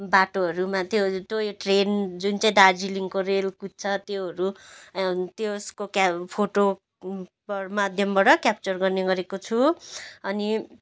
बाटोहरूमा त्यो toy train जुन चाहिँ दार्जिलिङको रेल कुद्छ त्योहरू त्यसको क्या फोटोहरूको माध्यमबाट क्याप्चर गर्ने गरेको छु अनि